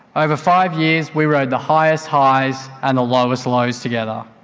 over five years we rode the highest highs and the lowest lows together.